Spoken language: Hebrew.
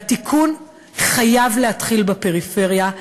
והתיקון חייב להתחיל בפריפריה,